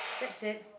that's it